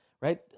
right